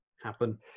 happen